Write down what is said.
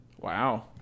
Wow